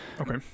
Okay